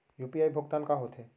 UPI भुगतान का होथे?